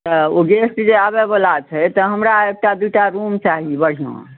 तऽ ओ गेस्ट जे आबै बला छै तऽ हमरा एकटा दूटा रूम चाही बढ़िआँ